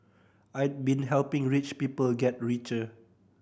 I been helping rich people get richer